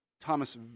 Thomas